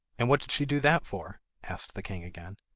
and what did she do that for asked the king again.